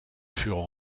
furent